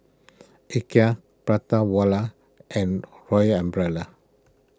Ikea Prata Wala and Royal Umbrella